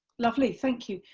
lovely, thank you.